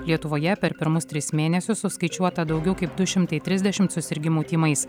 lietuvoje per pirmus tris mėnesius suskaičiuota daugiau kaip du šimtai trisdešimt susirgimų tymais